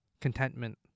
contentment